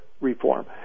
reform